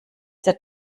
der